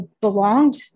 belonged